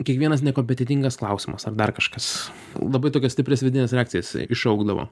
kiekvienas nekompetentingas klausimas ar dar kažkas labai tokias stiprias vidines reakcijas iššaukdavo